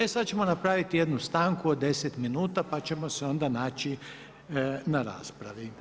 E, sad ćemo napraviti jednu stanku od 10 minuta pa ćemo se onda naći na raspravi.